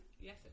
Yes